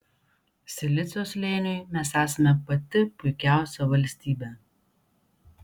silicio slėniui mes esame pati puikiausia valstybė